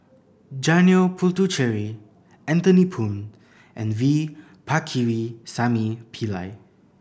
Janil Puthucheary Anthony Poon and V Pakirisamy Pillai